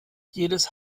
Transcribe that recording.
jedes